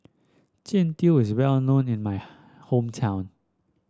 Jian Dui is well known in my hometown